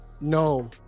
no